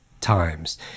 times